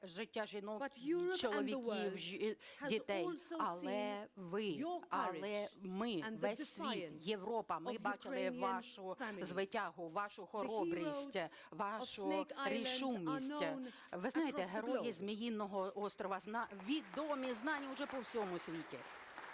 але ми, весь світ, Європа, ми бачили вашу звитягу, вашу хоробрість, вашу рішучість. Ви знаєте, герої Зміїного острову відомі, знані уже по всьому світу.